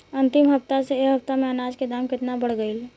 अंतिम हफ्ता से ए हफ्ता मे अनाज के दाम केतना बढ़ गएल?